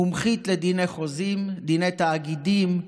מומחית לדיני חוזים, דיני תאגידים,